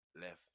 Left